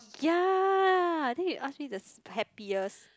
ya then you ask me the happiest